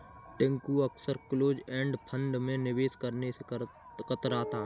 टिंकू अक्सर close end fund में निवेश करने से कतराता है